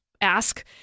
Ask